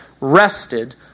rested